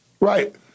right